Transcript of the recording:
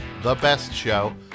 thebestshow